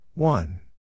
One